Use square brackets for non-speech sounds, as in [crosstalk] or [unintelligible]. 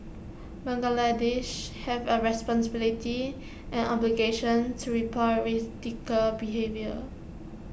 Bangladeshis have A responsibility and obligation to report [unintelligible] behaviour